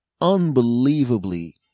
unbelievably